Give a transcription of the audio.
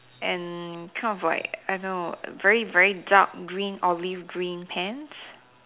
and kind of like I don't know very very dark green olive pants